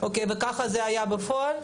כך זה היה בפועל?